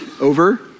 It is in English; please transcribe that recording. over